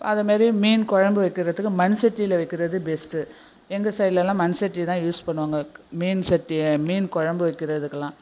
அது மாரி மீன் குழம்பு வைக்கிறதுக்கு மண்சட்டியில வைக்கிறதுக்கு பெஸ்ட்டு எங்கள் சைடுலல்லாம் மண்சட்டி தான் யூஸ் பண்ணுவாங்க மீன் சட்டியை மீன் குழம்பு வைக்கிறதுக்கெல்லாம்